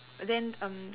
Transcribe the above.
then um